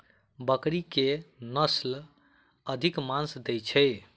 बकरी केँ के नस्ल अधिक मांस दैय छैय?